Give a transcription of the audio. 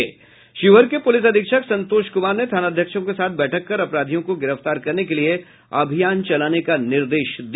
शिवहर के पुलिस अधीक्षक संतोष कुमार ने थानाध्यक्षों के साथ बैठक कर अपराधियों को गिरफ्तार करने के लिए अभियान चलाने का निर्देश दिया